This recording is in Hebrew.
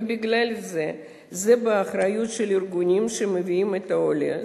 ובגלל שזה באחריות של ארגונים שמביאים את העולה,